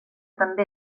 també